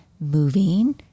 moving